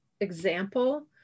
example